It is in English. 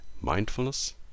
mindfulness